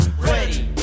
Ready